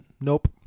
nope